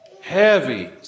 heavy